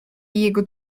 jego